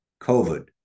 COVID